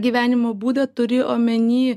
gyvenimo būdą turi omeny